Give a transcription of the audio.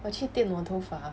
我去电头发